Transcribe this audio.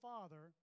Father